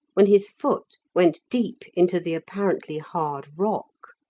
when his foot went deep into the apparently hard rock.